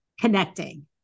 connecting